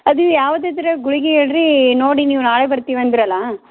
ಅದು ಯಾವ್ದು ಅದ್ರ ಗುಳಿಗೆ ಹೇಳಿ ರೀ ನೋಡಿ ನೀವು ನಾಳೆ ಬರ್ತೀವಿ ಅಂದರಲ್ಲ